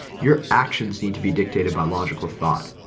your actions need to be dictated by logical thought.